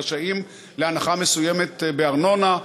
רשאי לקבל הנחה מסוימת בארנונה,